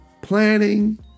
planning